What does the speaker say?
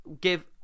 give